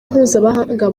mpuzamahanga